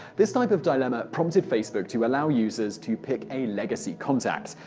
this type of dilemma prompted facebook to allow users to pick a legacy contact.